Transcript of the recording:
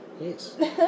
Yes